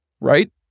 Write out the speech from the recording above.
right